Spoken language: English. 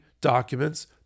documents